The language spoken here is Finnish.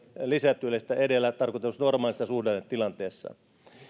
lisätyöllistä edellä tarkoitetussa normaalissa suhdannetilanteessa